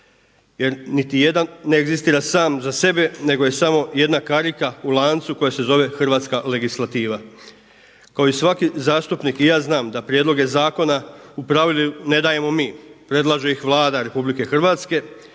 jer niti jedan ne egzistira sam za sebe, nego je samo jedna karika u lancu koja se zove hrvatska legislativa. Kao i svaki zastupnik i ja znam da prijedloge zakona u pravilu ne dajemo mi, predlaže ih Vlada RH,